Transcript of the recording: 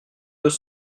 deux